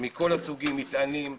מכל הסוגים מטענים,